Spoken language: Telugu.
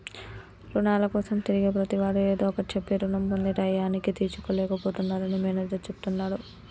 రుణాల కోసం తిరిగే ప్రతివాడు ఏదో ఒకటి చెప్పి రుణం పొంది టైయ్యానికి తీర్చలేక పోతున్నరని మేనేజర్ చెప్తున్నడు